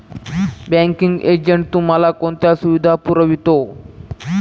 Banking agent तुम्हाला कोणत्या सुविधा पुरवतो?